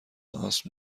آسم